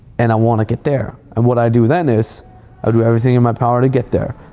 and i wanna get there. and what i do then is i'll do everything in my power to get there.